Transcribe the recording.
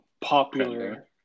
popular